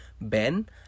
Ben